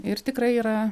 ir tikrai yra